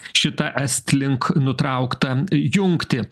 šitą estlink nutrauktą jungtį